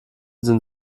sind